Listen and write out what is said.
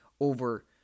over